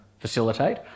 facilitate